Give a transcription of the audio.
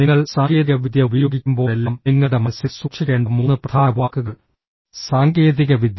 നിങ്ങൾ സാങ്കേതികവിദ്യ ഉപയോഗിക്കുമ്പോഴെല്ലാം നിങ്ങളുടെ മനസ്സിൽ സൂക്ഷിക്കേണ്ട മൂന്ന് പ്രധാന വാക്കുകൾ സാങ്കേതികവിദ്യ